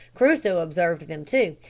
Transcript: crusoe observed them too,